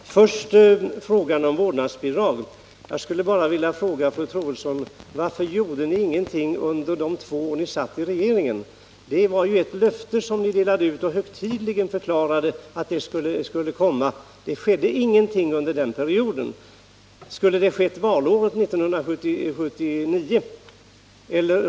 Herr talman! Först till frågan om vårdnadsbidrag. Jag skulle bara vilja fråga fru Troedsson: Varför gjorde ni ingenting under de två år ni satt i regeringen? Ni avgav ju ett löfte och förklarade högtidligen att en vårdnadsersättning skulle komma. Men ingenting skedde under den period ni satt i regeringen. I det fallet fanns inga spår av er regeringsmedverkan.